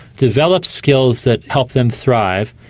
develop skills that help them thrive,